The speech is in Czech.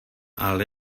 ale